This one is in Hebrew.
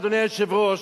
אדוני היושב-ראש,